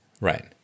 Right